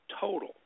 total